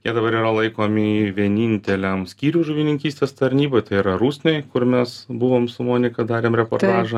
jie dabar yra laikomi vieninteliam skyriuj žuvininkystės tarnyboj tai yra rusnėj kur mes buvom su monika darėm reportažą